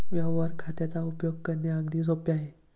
व्यवहार खात्याचा उपयोग करणे अगदी सोपे आहे